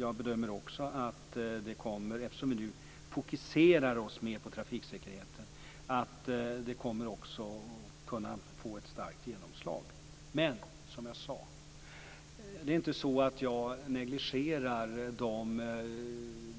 Jag bedömer också att det - eftersom vi nu fokuserar oss mer på trafiksäkerheten - kommer att få ett starkt genomslag. Det är inte så att jag negligerar de